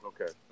Okay